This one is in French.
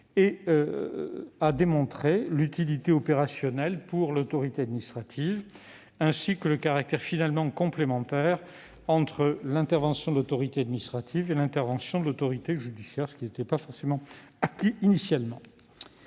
et a démontré l'utilité opérationnelle pour l'autorité administrative, ainsi que le caractère finalement complémentaire entre l'intervention de l'autorité administrative et celle de l'autorité judiciaire- ce n'était pas forcément acquis initialement.